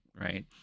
right